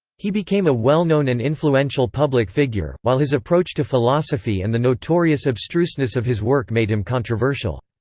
he became a well-known and influential public figure, while his approach to philosophy and the notorious abstruseness of his work made him controversial.